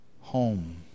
home